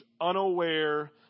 unaware